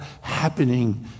happening